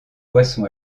boisson